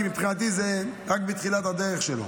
כי מבחינתי זה רק בתחילת הדרך שלו.